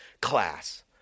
class